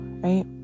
right